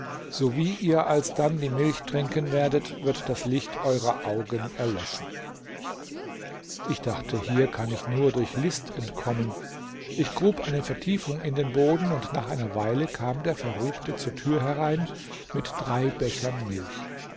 sowie ihr alsdann die milch trinken werdet wird das licht eurer augen erlöschen ich dachte hier kann ich nur durch list entkommen ich grub eine vertiefung in den boden und nach einer weile kam der verruchte zur tür herein mit drei bechern milch